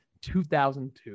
2002